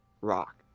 rock